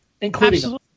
including